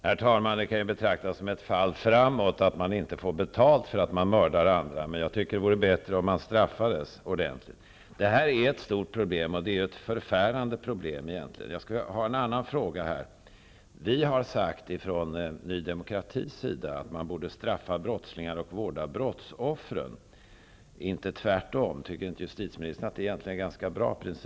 Herr talman! Det kan ju betraktas som ett fall framåt att man inte får betalt för att man mördar andra, men det vore bättre om man straffades ordentligt. Det här är ett stort problem, och det är ett förfärande problem. Jag har en annan fråga. Vi har från Ny demokratis sida sagt att man borde straffa brottslingar och vårda brottsoffer, inte tvärtom. Tycker inte justitieministern att det är en ganska bra praxis?